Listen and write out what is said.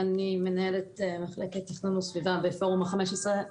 אני מנהלת מחלקת תכנון וסביבה בפורום ה-15,